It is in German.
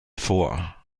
vor